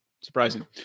surprising